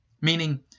Meaning